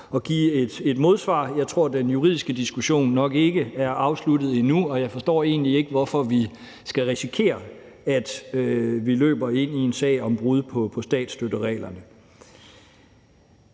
at give et modsvar. Jeg tror, at den juridiske diskussion nok ikke er afsluttet endnu, og jeg forstår egentlig ikke, hvorfor vi skal risikere at løbe ind i en sag om brud på statsstøttereglerne.